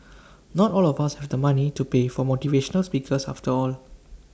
not all of us have the money to pay for motivational speakers after all